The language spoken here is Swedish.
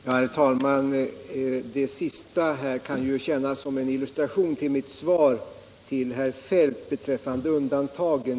Herr talman! Det senaste som herr Alsén sade kan tjäna som illustration till mitt svar till herr Feldt beträffande undantagen.